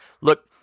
Look